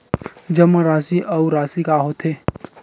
जमा राशि अउ राशि का होथे?